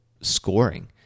scoring